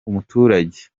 umuturage